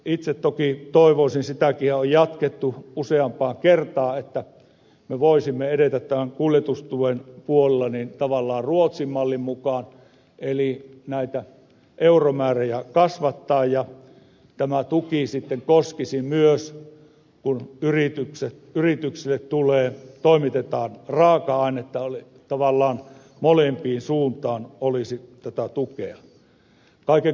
itse toki toivoisin sitäkin on jatkettu useampaan kertaan että me voisimme edetä tämän kuljetustuen puolella tavallaan ruotsin mallin mukaan eli näitä euromääriä kasvattaa ja tämä tuki koskisi myös sitä kun yrityksille toimitetaan raaka ainetta eli tavallaan molempiin suuntiin olisi tätä tukea